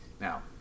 Now